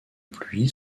pluie